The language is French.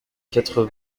quatre